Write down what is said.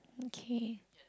okay